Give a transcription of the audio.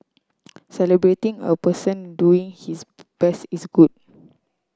celebrating a person doing his best is good